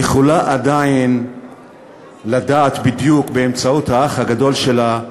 יכולה עדיין לדעת בדיוק, באמצעות האח הגדול שלה,